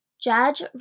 Judge